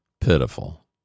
pitiful